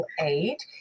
aid